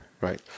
Right